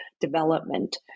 development